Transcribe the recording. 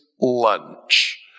lunch